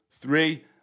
Three